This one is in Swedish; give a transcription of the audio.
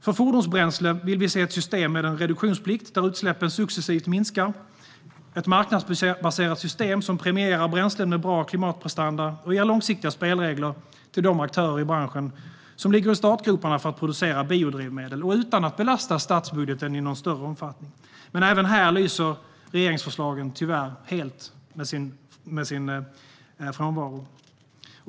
För fordonsbränsle vill vi se ett system med en reduktionsplikt där utsläppen successivt minskar, ett marknadsbaserat system som premierar bränslen med bra klimatprestanda och ger långsiktiga spelregler för de aktörer i branschen som ligger i startgroparna för att producera biodrivmedel - utan att belasta statsbudgeten i någon större omfattning. Även här lyser regeringsförslagen tyvärr helt med sin frånvaro.